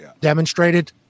demonstrated